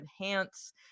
enhance